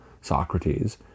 Socrates